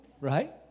Right